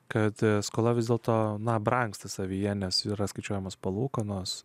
kad skola vis dėlto na brangsta savyje nes yra skaičiuojamos palūkanos